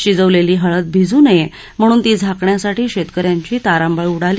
शिजवलेली हळद भिजू नये म्हणून ती झाकण्यासाठी शेतकऱ्यांची तारांबळ उडाली